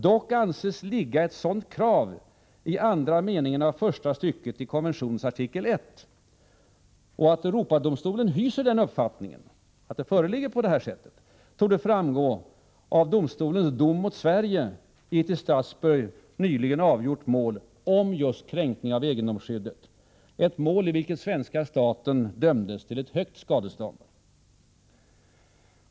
Dock anses ligga ett sådant krav i andra meningen i första stycket av Artikel 1.” Att Europadomstolen hyser den uppfattningen torde framgå av domstolens dom mot Sverige i ett i Strasbourg nyligen avgjort mål om just kränkning av egendomsskyddet, ett mål i vilket svenska staten dömdes till ett högt skadestånd.